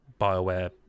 Bioware